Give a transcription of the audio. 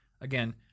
again